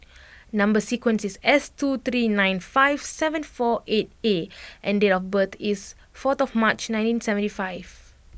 number sequence is S two three nine five seven four eight A and date of birth is four of March nineteen seventy five